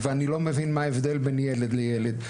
אני לא מבין מה ההבדל בין ילד לילד.